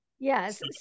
Yes